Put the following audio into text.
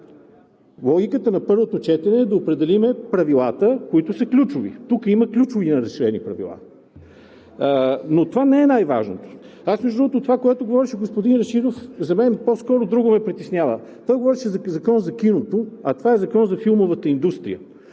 Логиката на първото четене е да определим правилата, които са ключови. Тук има ключови нерешени правила, но това не е най-важното. Между другото, това, за което говореше господин Рашидов, по скоро друго ме притеснява. Той говореше за Закон за киното, а това е Закон за филмовата индустрия.